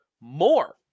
more